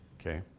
okay